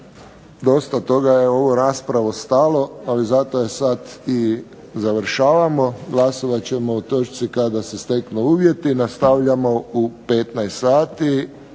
Dosta toga je u ovu raspravu stalo, ali zato je sad i završavamo. Glasovat ćemo o točci kada se steknu uvjeti. Nastavljamo u 15 sati